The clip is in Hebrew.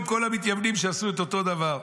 עם כל המתייוונים שעשו את אותו הדבר.